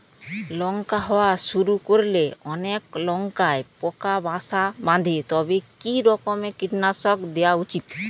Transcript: লঙ্কা হওয়া শুরু করলে অনেক লঙ্কায় পোকা বাসা বাঁধে তবে কি রকমের কীটনাশক দেওয়া উচিৎ?